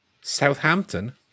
Southampton